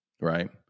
Right